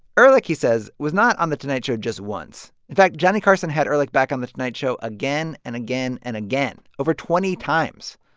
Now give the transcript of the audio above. ehrlich, he says, was not on the tonight show just once. in fact, johnny carson had ehrlich back on the tonight show again and again and again, over twenty times.